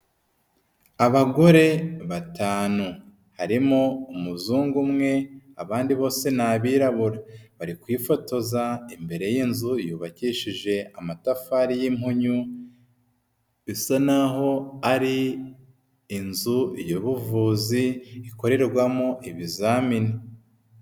Abagore batanu harimo umuzungu umwe abandi bose ni abirabura bari kwifotoza imbere y'inzu yubakishije amatafari y'impunyu isa n'aho ari inzu y'ubuvuzi ikorerwamo ibizamini.